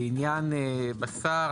לעניין בשר,